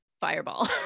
fireball